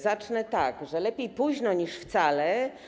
Zacznę tak: lepiej późno niż wcale.